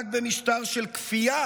רק במשטר של כפייה